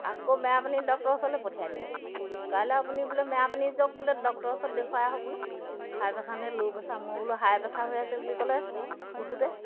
আকৌ মেৰাপানী ডক্টৰৰ ওচৰলৈ পঠিয়াই দিলে কাইলৈ আপুনি বোলে মেৰাপানী যাওক বোলে ডক্টৰৰ ওচৰত দেখুৱাই আহক বোলে হাই প্ৰেছাৰ নে ল' প্ৰেছাৰ মোৰ বোলো হাই প্ৰেছাৰ হৈ আছে বুলি ক'লে জোখোতে